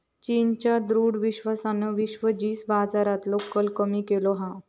चीनच्या दृढ विश्वासान विश्व जींस बाजारातलो कल कमी केलो हा